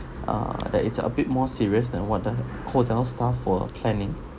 uh that is a bit more serious than what the hotel staff for a planning